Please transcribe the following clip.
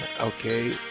okay